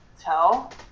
tell